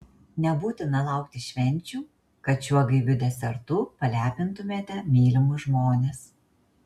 nebūtina laukti švenčių kad šiuo gaiviu desertu palepintumėte mylimus žmones